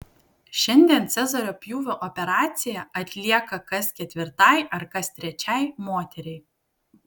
šiandien cezario pjūvio operacija atlieka kas ketvirtai ar kas trečiai moteriai